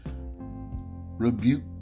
rebuke